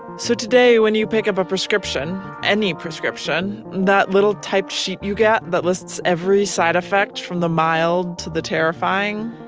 so today when you pick up a prescription any prescription that little typed sheet you get that lists every side effect from the mild to the terrifying,